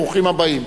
ברוכים הבאים.